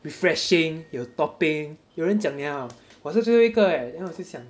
refreshing 有 topping 有人讲 liao 我是最后一个 leh then 我就想